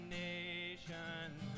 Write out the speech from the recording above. nations